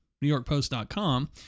NewYorkPost.com